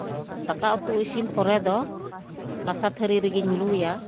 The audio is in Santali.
ᱫᱟᱠᱟ ᱩᱛᱩ ᱤᱥᱤᱱ ᱯᱚᱨᱮ ᱫᱚ ᱠᱟᱸᱥᱟ ᱛᱷᱟᱹᱨᱤ ᱨᱮᱜᱮᱧ ᱞᱩᱭᱟ